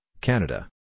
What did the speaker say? Canada